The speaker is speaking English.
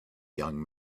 young